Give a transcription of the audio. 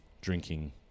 drinking